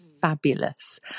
fabulous